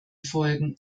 folgen